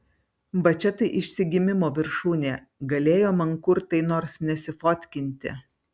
va čia tai išsigimimo viršūnė galėjo mankurtai nors nesifotkinti